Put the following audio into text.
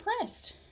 impressed